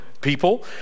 people